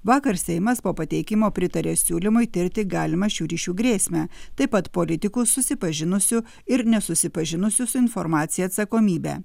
vakar seimas po pateikimo pritarė siūlymui tirti galimą šių ryšių grėsmę taip pat politikų susipažinusių ir nesusipažinusių su informacija atsakomybę